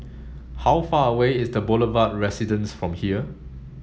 how far away is The Boulevard Residence from here